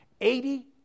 Eighty